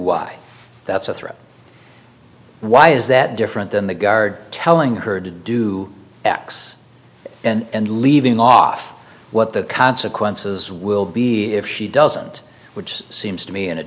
do y that's a threat why is that different than the guard telling her to do x and leaving off what the consequences will be if she doesn't which seems to me in a